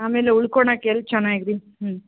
ಆಮೇಲೆ ಉಳ್ಕೊಳೊಕ್ ಎಲ್ಲಿ ಚೆನ್ನಾಗಿ ರೀ ಹ್ಞೂ